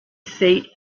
seat